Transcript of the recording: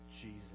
Jesus